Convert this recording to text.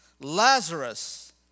Lazarus